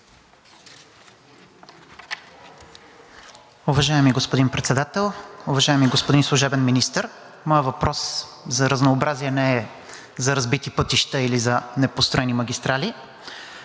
Уважаеми господин Председател! Уважаеми господин служебен Министър, моят въпрос за разнообразие не е за разбити пътища или за непостроени магистрали.